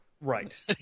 Right